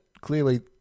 Clearly